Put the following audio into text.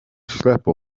ślepo